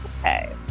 okay